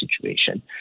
situation